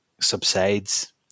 subsides